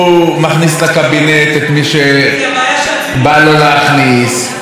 הוא מכניס לקבינט את מי שבא לו להכניס.